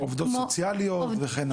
עובדות סוציאליות וכן הלאה.